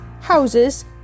houses